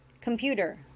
Computer